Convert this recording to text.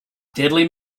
deadly